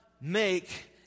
make